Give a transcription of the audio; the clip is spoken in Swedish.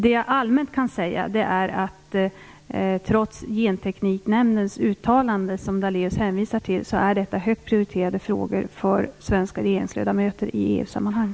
Det jag allmänt kan säga är att detta trots Gentekniknämndens uttalande, som Daléus hänvisar till, är högt prioriterade frågor för svenska regeringsledamöter i EU-sammanhang.